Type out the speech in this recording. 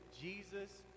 Jesus